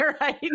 right